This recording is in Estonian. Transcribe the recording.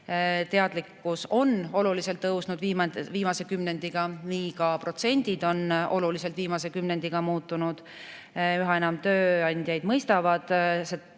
Teadlikkus on oluliselt tõusnud viimase kümnendiga, nagu ka protsendid on oluliselt viimase kümnendiga muutunud. Üha enam tööandjaid mõistavad